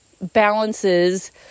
balances